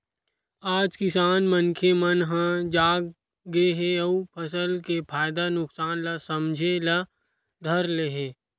आज किसान मनखे मन ह जाग गे हे अउ फसल के फायदा नुकसान ल समझे ल धर ले हे